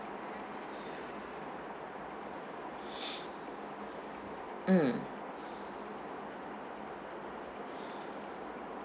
mm